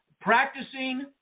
practicing